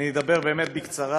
אני אדבר באמת בקצרה,